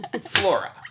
Flora